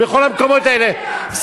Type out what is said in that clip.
בכל המקומות האלה.